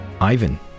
Ivan